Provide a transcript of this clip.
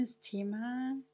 Thema